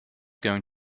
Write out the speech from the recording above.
going